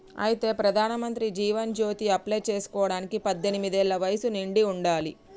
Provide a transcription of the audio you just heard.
అయితే ప్రధానమంత్రి జీవన్ జ్యోతి అప్లై చేసుకోవడానికి పద్దెనిమిది ఏళ్ల వయసు నిండి ఉండాలి